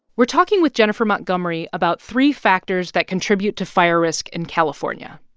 we're talking with jennifer montgomery about three factors that contribute to fire risk in california.